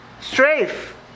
strafe